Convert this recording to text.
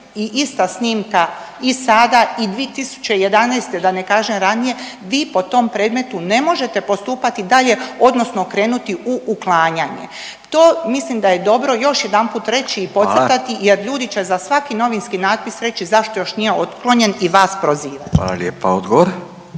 i ista snimka i sada i 2011. da ne kažem ranije vi po tom predmetu ne možete postupati dalje odnosno krenuti u uklanjanje. To mislim da je dobro još jedanput reći podcrtati …/Upadica: Hvala./… jer ljudi će za svaki novinski natpis reći zašto još nije otklonjen i vas prozivati. **Radin, Furio